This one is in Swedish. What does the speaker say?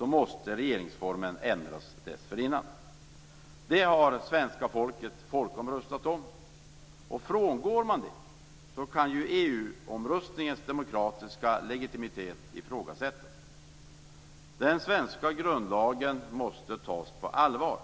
måste regeringsformen ändras dessförinnan. Det har svenska folket folkomröstat om. Om man frångår det kan EU omröstningens demokratiska legitimitet ifrågasättas. Den svenska grundlagen måste tas på allvar.